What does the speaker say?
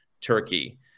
turkey